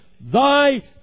Thy